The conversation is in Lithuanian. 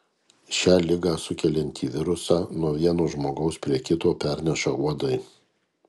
šią ligą sukeliantį virusą nuo vieno žmogaus prie kito perneša uodai